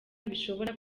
bishobora